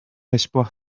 espoir